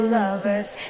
lovers